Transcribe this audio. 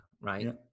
right